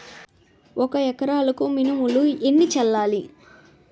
ఒక ఎకరాలకు మినువులు ఎన్ని చల్లాలి?